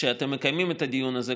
כשאתם מקיימים את הדיון הזה,